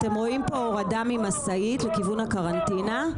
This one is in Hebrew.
אתם רואים פה הורדה ממשאית לכיוון הקרנטינה,